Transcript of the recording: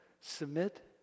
Submit